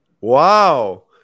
Wow